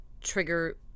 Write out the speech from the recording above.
trigger